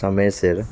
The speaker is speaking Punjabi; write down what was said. ਸਮੇਂ ਸਿਰ